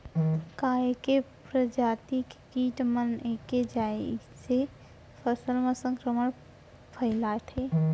का ऐके प्रजाति के किट मन ऐके जइसे फसल म संक्रमण फइलाथें?